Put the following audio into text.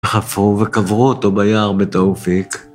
חפרו וקברו אותו ביער בתאופיק.